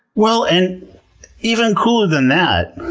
well, and even cooler than that,